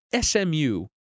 SMU